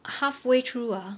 halfway through ah